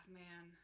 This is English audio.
man